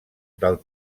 del